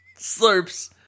slurps